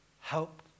help